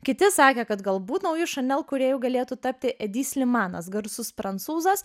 kiti sakė kad galbūt nauju šanel kūrėju galėtų tapti edys lymanas garsus prancūzas